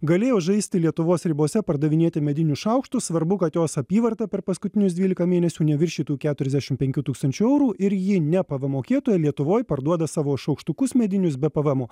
galėjo žaisti lietuvos ribose pardavinėti medinius šaukštus svarbu kad jos apyvarta per paskutinius dvylika mėnesių neviršytų keturiasdešim penkių tūkstančių eurų ir ji ne pvm mokėtoja lietuvoj parduoda savo šaukštukus medinius be pvmo